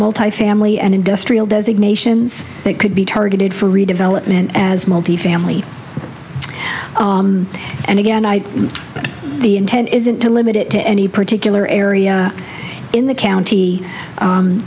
multifamily and industrial designations that could be targeted for redevelopment as multifamily and again i the intent isn't to limit it to any particular area in the county